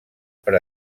per